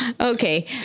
Okay